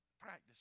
practice